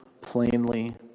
plainly